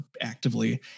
actively